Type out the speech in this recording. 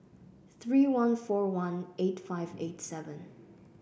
three one four one eight five eight seven